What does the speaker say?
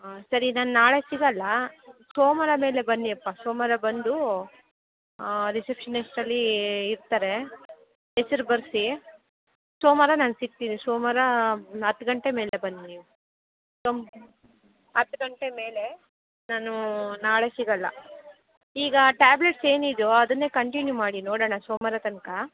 ಹಾಂ ಸರಿ ನಾನು ನಾಳೆ ಸಿಗೊಲ್ಲ ಸೋಮಾರ ಮೇಲೆ ಬನ್ನಿಯಪ್ಪ ಸೋಮಾರ ಬಂದು ರಿಸೆಪ್ಷನಿಸ್ಟ್ ಅಲ್ಲಿ ಇರ್ತಾರೆ ಹೆಸ್ರು ಬರೆಸಿ ಸೋಮಾರ ನಾನು ಸಿಗ್ತೀನಿ ಸೋಮಾರಾ ಹತ್ತು ಗಂಟೆ ಮೇಲೆ ಬನ್ನಿ ನೀವು ಹತ್ತು ಗಂಟೆ ಮೇಲೆ ನಾನು ನಾಳೆ ಸಿಗೋಲ್ಲ ಈಗ ಟ್ಯಾಬ್ಲೆಟ್ಸ್ ಏನಿದೆ ಅದನ್ನೇ ಕಂಟಿನ್ಯೂ ಮಾಡಿ ನೋಡೋಣ ಸೋಮಾರ ತನಕ